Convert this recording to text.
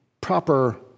proper